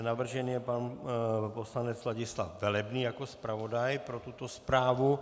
Navržen je pan poslanec Ladislav Velebný jako zpravodaj pro tuto zprávu.